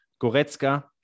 Goretzka